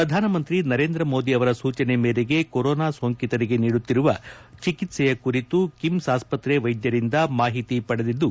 ಪ್ರಧಾನಿ ನರೇಂದ್ರ ಮೋದಿ ಅವರ ಸೂಚನೆ ಮೇರೆಗೆ ಕೊರೋನಾ ಸೋಂಕಿತರಿಗೆ ನೀಡುತ್ತಿರುವ ಚಿಕಿತ್ಸೆಯ ಕುರಿತು ಕಿಮ್ಸ್ ಆಸ್ವತ್ರೆ ವೈದ್ಯರಿಂದ ಮಾಹಿತಿ ಪಡೆದಿದ್ದು